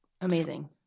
amazing